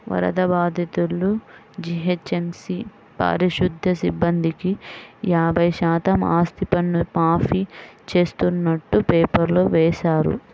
వరద బాధితులు, జీహెచ్ఎంసీ పారిశుధ్య సిబ్బందికి యాభై శాతం ఆస్తిపన్ను మాఫీ చేస్తున్నట్టు పేపర్లో వేశారు